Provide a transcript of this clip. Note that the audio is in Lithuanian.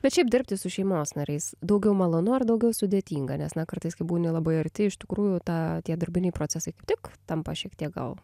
bet šiaip dirbti su šeimos nariais daugiau malonu ar daugiau sudėtinga nes na kartais kai būni labai arti iš tikrųjų tą tie darbiniai procesai kaip tik tampa šiek tiek gal